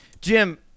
Jim